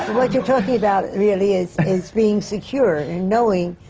like you're talking about, really, is is being secure and knowing,